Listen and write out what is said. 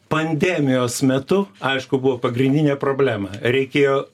pandemijos metu aišku buvo pagrindinė problema reikėjo